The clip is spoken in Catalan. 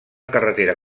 carretera